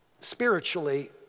spiritually